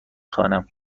خوانم